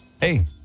Hey